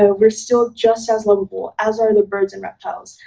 ah we're still just as lovable as are the birds and reptiles.